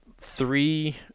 three